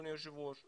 אדוני היושב ראש,